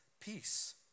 peace